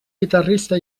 guitarrista